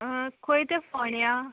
खंय तें फोण्यां